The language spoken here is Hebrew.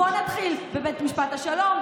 בוא נתחיל בבית משפט השלום,